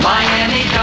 Miami